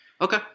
Okay